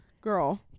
Girl